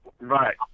right